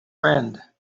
friend